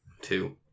Two